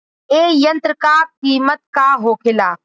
ए यंत्र का कीमत का होखेला?